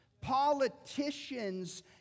Politicians